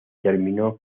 terminó